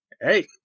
Hey